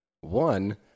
one